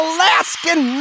Alaskan